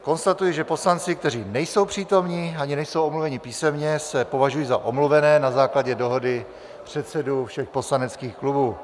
Konstatuji, že poslanci, kteří nejsou přítomni ani nejsou omluveni písemně, se považují za omluvené na základě dohody předsedů všech poslaneckých klubů.